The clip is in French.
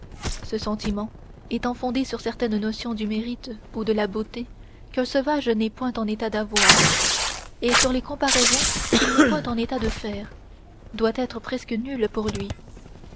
ce sentiment étant fondé sur certaines notions du mérite ou de la beauté qu'un sauvage n'est point en état d'avoir et sur des comparaisons qu'il n'est point en état de faire doit être presque nul pour lui